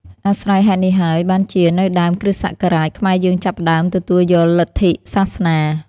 អាស្រ័យហេតុនេះហើយ បានជានៅដើមគ្រិស្តសករាជ ខ្មែរយើងចាប់ផ្តើមទទួលយកលទ្ធិសាសនា។